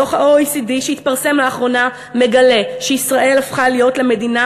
דוח ה-OECD שהתפרסם לאחרונה מגלה שישראל הפכה להיות למדינה